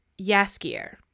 Yaskier